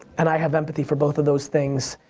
and i have empathy for both of those things.